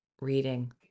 reading